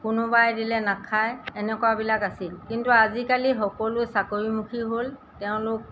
কোনোবাই দিলে নাখায় এনেকুৱাবিলাক আছিল কিন্তু আজিকালি সকলো চাকৰিমুখী হ'ল তেওঁলোক